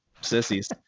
sissies